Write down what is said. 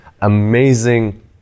Amazing